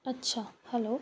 अछा हैलो